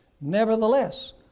Nevertheless